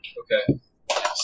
okay